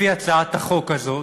לפי הצעת החוק הזו,